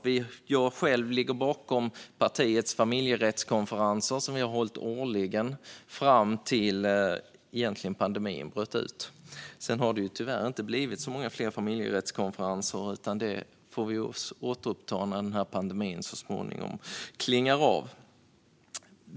Jag själv ligger bakom partiets familjerättskonferenser, som vi har hållit årligen fram till det att pandemin bröt ut. Sedan har det tyvärr inte blivit några fler familjerättskonferenser; det får vi återuppta när pandemin så småningom klingar av.